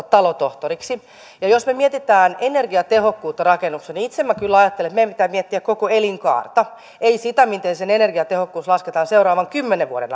talotohtoriksi jos me mietimme energiatehokkuutta rakennuksilla niin itse minä kyllä ajattelen että meidän pitää miettiä koko elinkaarta ei sitä miten energiatehokkuus lasketaan seuraavan kymmenen vuoden